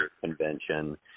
convention